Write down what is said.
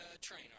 train